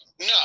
No